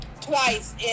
twice